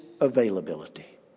availability